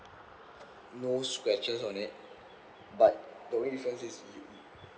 no scratches on it but the only difference is